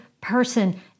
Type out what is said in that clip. person